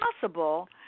possible